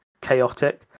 chaotic